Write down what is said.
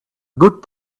good